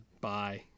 Bye